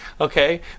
Okay